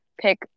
pick